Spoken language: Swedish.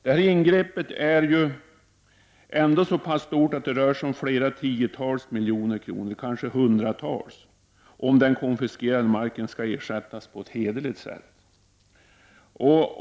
Det här ingreppet är så stort att det rör sig om tiotals, ja, kanske hundratals miljoner kronor om den konfiskerade marken skall ersättas på ett hederligt sätt.